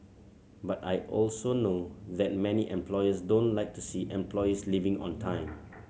but I also know that many employers don't like to see employees leaving on time